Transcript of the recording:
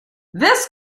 this